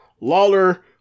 Lawler